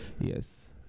Yes